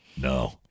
No